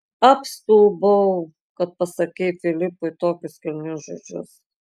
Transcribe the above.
apstulbau kad pasakei filipui tokius kilnius žodžius